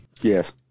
Yes